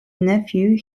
nephew